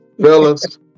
fellas